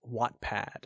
Wattpad